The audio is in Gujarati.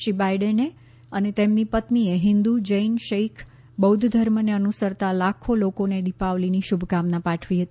શ્રી બાઈડેને અને તેમની પત્નીએ હિંન્દુ જૈન શીખ બૌદ્ધ ધર્મને અનુસરતા લાખો લોકોને દિપાવલીની શુભકામના પાઠવી હતી